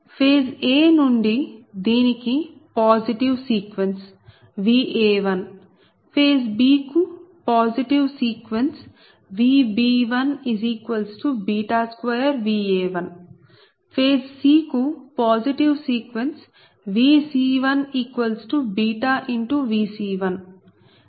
phase a నుండి దీనికి positive sequence Va1 phase b కు పాజిటివ్ సీక్వెన్స్Vb12Va1 ఫేజ్ c కు పాజిటివ్ సీక్వెన్స్ Vc1βVc1